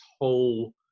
whole